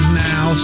now